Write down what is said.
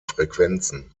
frequenzen